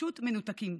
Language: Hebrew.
פשוט מנותקים.